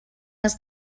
was